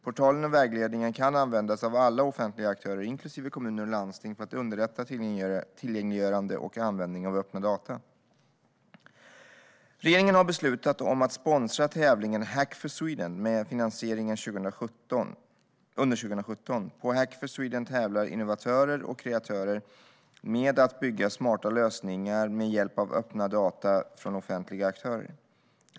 Portalen och vägledningen kan användas av alla offentliga aktörer, inklusive kommuner och landsting, för att underlätta tillgängliggörande och användning av öppna data. Regeringen har beslutat om att sponsra tävlingen Hack for Sweden med finansiering under 2017. På Hack for Sweden tävlar innovatörer och kreatörer med att bygga smarta lösningar med hjälp av öppna data från offentliga aktörer.